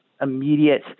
immediate